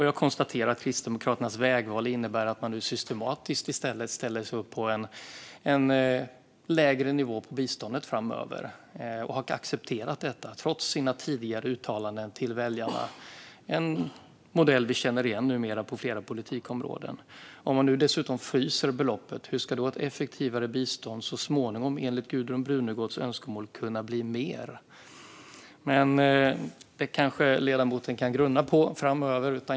Jag konstaterar att Kristdemokraternas vägval innebär att man nu systematiskt lägger sig på en lägre nivå för biståndet framöver och har accepterat detta trots tidigare uttalanden till väljarna. Det är en modell vi numera känner igen på flera politikområden. Om man nu dessutom fryser beloppet, hur ska då ett effektivare bistånd så småningom enligt Gudrun Brunegårds önskemål kunna bli mer? Det kanske ledamoten kan grunna på framöver.